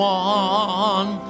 one